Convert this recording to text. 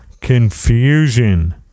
confusion